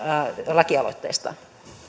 lakialoitteesta